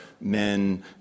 men